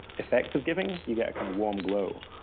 effect of giving. you get a kind of warm glow.